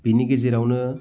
बेनि गेजेरावनो